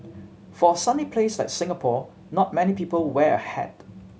for a sunny place like Singapore not many people wear a hat